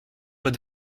pots